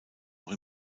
auch